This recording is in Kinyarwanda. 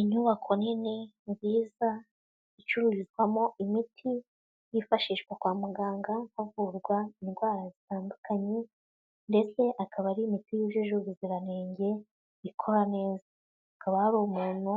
Inyubako nini nziza icururizwamo imiti yifashishwa kwa muganga havurwa indwara zitandukanye, ndetse akaba ari imiti yujuje ubuziranenge, ikora neza, hakaba hari umuntu